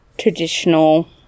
traditional